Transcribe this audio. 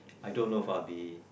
I don't know if I'll be